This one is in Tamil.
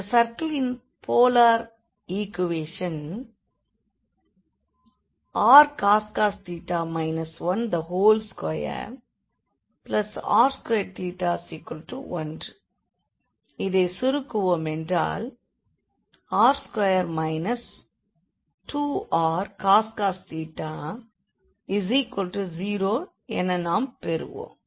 இந்த சர்க்கிளின் போலார் இக்குவேஷன் rcos 12r2 1 இதைச் சுருக்குவோமென்றால் r2 2rcos 0 என நாம் பெறுவோம்